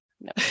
No